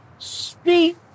Speak